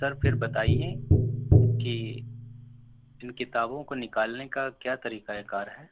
سر پھر بتائیے کہ ان کتابوں کو نکالنے کا کیا طریقۂ کار ہے